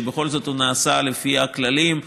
שבכל זאת זה נעשה לפי כללים,